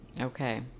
Okay